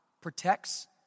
protects